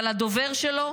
אבל הדובר שלו,